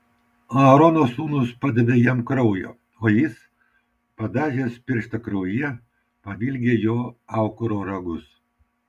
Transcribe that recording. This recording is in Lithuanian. aarono sūnūs padavė jam kraujo o jis padažęs pirštą kraujyje pavilgė juo aukuro ragus